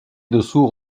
dessous